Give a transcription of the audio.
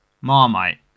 Marmite